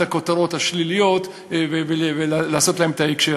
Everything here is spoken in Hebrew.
הכותרות השליליות ולעשות להן את ההקשר.